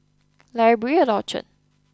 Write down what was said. library at Orchard